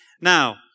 Now